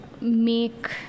make